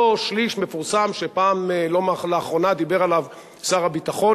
אותו שליש מפורסם שלאחרונה דיבר עליו שר הביטחון,